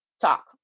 Talk